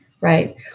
right